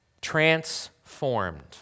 Transformed